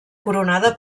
coronada